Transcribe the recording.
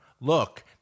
look